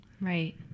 Right